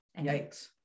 Yikes